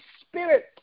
Spirit